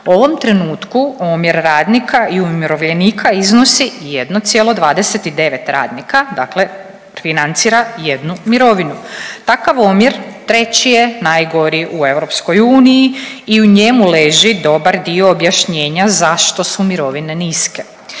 U ovom trenutku omjer radnika i umirovljenika iznosi 1,29 radnika, dakle financira jednu mirovinu. Takav omjer treći je najgori u EU i u njemu leži dobar dio objašnjenja zašto su mirovine niske.